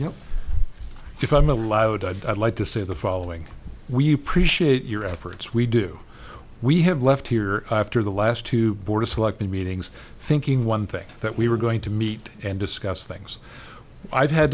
allowed i'd like to say the following we appreciate your efforts we do we have left here after the last two board of selectmen meetings thinking one thing that we were going to meet and discuss things i've had